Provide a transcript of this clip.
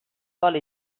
oli